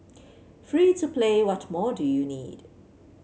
free to play what more do you need